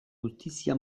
gutizia